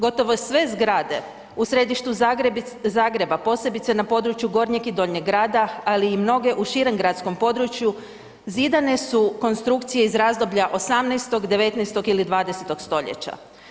Gotovo sve zgrade u središtu Zagreba, posebice na području gornjeg i donjeg grada, ali i mnoge u širem gradskom području zidane su konstrukcije iz razdoblja 18., 19. ili 20. stoljeća.